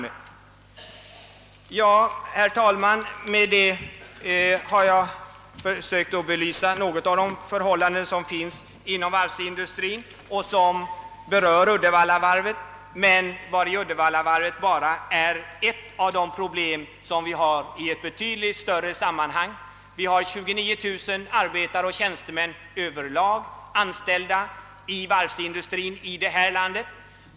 Herr talman! Med det anförda har jag försökt belysa några förhållanden inom varvsindustrin som också berör Uddevallavarvet. Uddevallavarvet är ett av de problem som ingår i ett betydligt större sammanhang. Det finns 29 000 arbetare och tjänstemän anställda inom varvsindustrin i vårt land.